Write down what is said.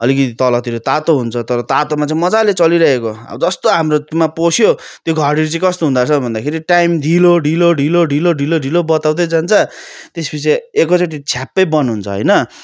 अलिकिति तलतिर तातो हुन्छ तर तातोमा चाहिँ मजाले चलिरहेको अब जस्तो हाम्रोमा पस्यो त्यो घडीहरू चाहिँ कस्तो हुँदो रहेछ भन्दाखेरि टाइम ढिलो ढिलो ढिलो ढिलो ढिलो ढिलो बताउँदै जान्छ त्यस पछि एकै चोटि छ्याप्पै बन्द हुन्छ होइन